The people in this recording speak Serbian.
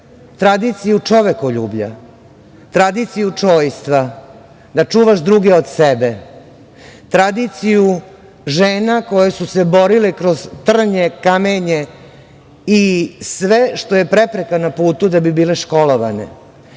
tradiciju čovekoljublja, tradiciju čojstva, da čuvaš druge od sebe, tradiciju žena koje su se borile kroz trnje, kamenje i sve što je prepreka na putu da bi bile školovane? Hoćete